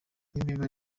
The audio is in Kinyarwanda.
nibiba